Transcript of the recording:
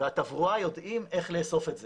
והתברואה יודעים איך לאסוף את זה.